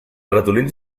ratolins